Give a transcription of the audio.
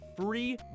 free